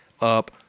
up